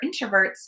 introverts